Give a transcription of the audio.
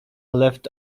left